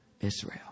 Israel